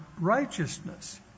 righteousness